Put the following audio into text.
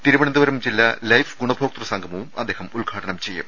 തിരുവനന്ത പുരം ജില്ലാ ലൈഫ് ഗുണഭോക്തൃ സംഗമവും അദ്ദേഹം ഉദ്ഘാടനം ചെയ്യും